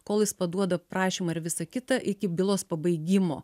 kol jis paduoda prašymą ir visa kita iki bylos pabaigimo